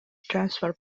transfer